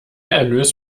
erlös